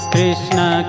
Krishna